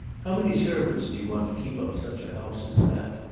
how many servants do you want to keep up such a house as that?